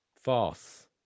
False